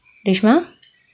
reshma